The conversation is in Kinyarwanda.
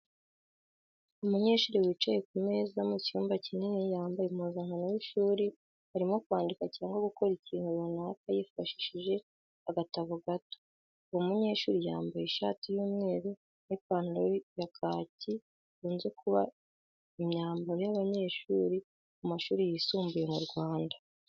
Umunyeshuri wicaye ku meza mu cyumba kinini yambaye impuzankano y’ishuri arimo kwandika cyangwa gukora ikintu runaka yifashishije agatabo gato. Uwo munyeshuri yambaye ishati y’umweru n’ipantaro ya kacyi bikunze kuba imyambaro y’abanyeshuri mu mashuri yisumbuye mu Rwanda.